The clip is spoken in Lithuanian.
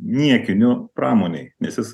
niekiniu pramonei nes jis